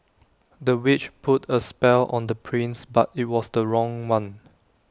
the witch put A spell on the prince but IT was the wrong one